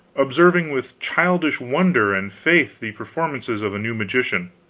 observing with childish wonder and faith the performances of a new magician,